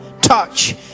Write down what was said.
touch